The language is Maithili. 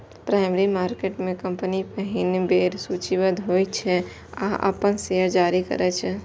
प्राइमरी मार्केट में कंपनी पहिल बेर सूचीबद्ध होइ छै आ अपन शेयर जारी करै छै